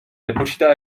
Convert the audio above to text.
nepočítá